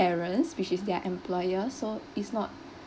parents which is their employer so it's not